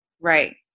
Right